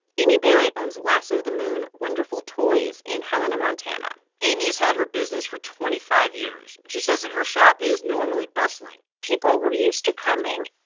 amy barrett owns lasso the moon wonderful toys in helena, mont mont and amy has had her business for twenty five years. she says that her shop is normally bustling people were used to coming,